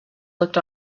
looked